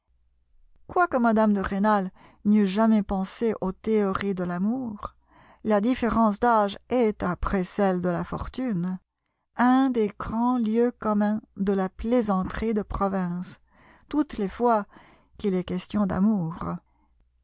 quoique mme de rênal n'eût jamais pensé aux théories de l'amour la différence d'âge est après celle de la fortune un des grands lieux communs de la plaisanterie de province toutes les fois qu'il est question d'amour